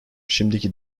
şimdiki